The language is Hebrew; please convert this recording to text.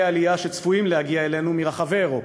עלייה שצפויים להגיע אלינו מרחבי אירופה,